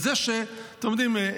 אתם יודעים,